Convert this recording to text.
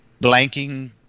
blanking